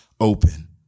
open